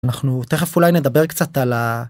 אנחנו תכף אולי נדבר קצת על ה.